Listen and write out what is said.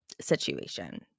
situation